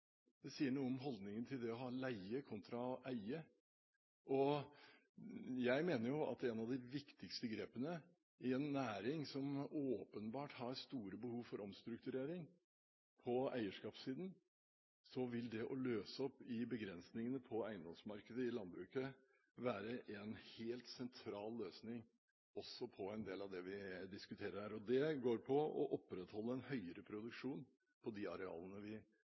Det sier noe om holdningen til det å leie kontra å eie, og jeg mener at et av de viktigste grepene i en næring som åpenbart har store behov for omstrukturering på eierskapssiden, vil være å løse opp i begrensningene på eiendomsmarkedet i landbruket. Det vil være en helt sentral løsning også på en del av det vi diskuterer her. Det går på å opprettholde en høyere produksjon på de arealene vi